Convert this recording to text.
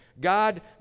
God